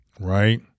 right